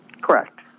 Correct